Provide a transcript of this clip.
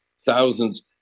thousands